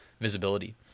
visibility